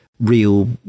Real